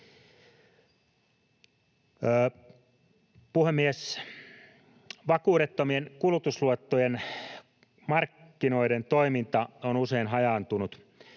Puhemies! Vakuudettomien kulutusluottojen markkinoiden toiminta on usein hajaantunut.